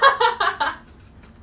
okay lah that's true lah